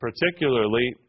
particularly